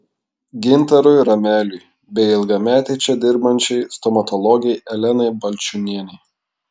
gintarui rameliui bei ilgametei čia dirbančiai stomatologei elenai balčiūnienei